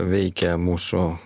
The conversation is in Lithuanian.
veikia mūsų